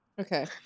Okay